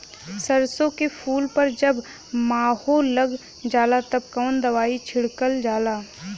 सरसो के फूल पर जब माहो लग जाला तब कवन दवाई छिड़कल जाला?